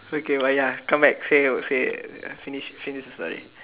it's okay but ya come back say say finish finish the story